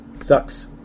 Sucks